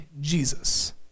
Jesus